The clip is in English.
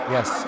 Yes